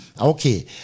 Okay